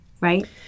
right